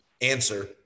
answer